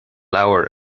leabhar